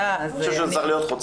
אני חושב שזה צריך להיות חוצה